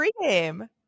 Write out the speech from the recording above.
pregame